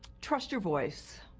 trust your voice.